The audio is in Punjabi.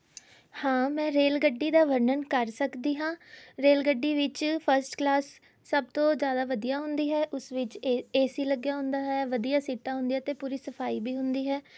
ਹਾਂ ਮੈਂ ਰੇਲ ਗੱਡੀ ਦਾ ਵਰਣਨ ਕਰ ਸਕਦੀ ਹਾਂ ਰੇਲ ਗੱਡੀ ਵਿੱਚ ਫਸਟ ਕਲਾਸ ਸਭ ਤੋਂ ਜ਼ਿਆਦਾ ਵਧੀਆ ਹੁੰਦੀ ਹੈ ਉਸ ਵਿੱਚ ਏ ਏ ਸੀ ਲੱਗਿਆ ਹੁੰਦਾ ਹੈ ਵਧੀਆ ਸੀਟਾਂ ਹੁੰਦੀਆਂ ਅਤੇ ਪੂਰੀ ਸਫ਼ਾਈ ਵੀ ਹੁੰਦੀ ਹੈ